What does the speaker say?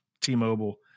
t-mobile